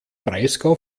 breisgau